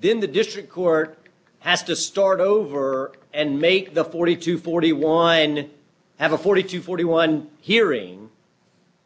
then the district court has to start over and make the forty to forty one have a forty to forty one hearing